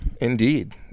indeed